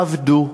עבדו,